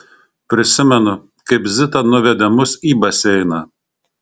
prisimenu kaip zita nuvedė mus į baseiną